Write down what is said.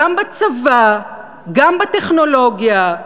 גם בצבא, גם בטכנולוגיה,